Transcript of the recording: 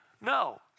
No